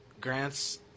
Grant's